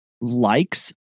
likes